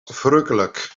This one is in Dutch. verrukkelijk